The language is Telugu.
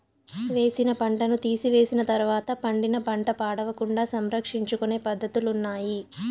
వేసిన పంటను తీసివేసిన తర్వాత పండిన పంట పాడవకుండా సంరక్షించుకొనే పద్ధతులున్నాయి